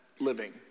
living